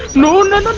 no no